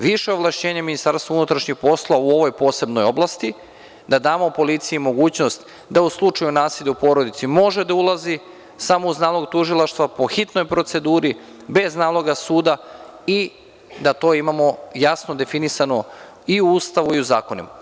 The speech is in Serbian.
Više ovlašćenja MUP-u u ovoj posebnoj oblasti, da damo policiji mogućnost da u slučaju nasilja u porodici može da ulazi samo uz nalog tužilaštva po hitnoj proceduri, bez naloga suda i da to imamo jasno definisano i u Ustavu i u zakonima.